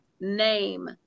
name